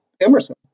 Emerson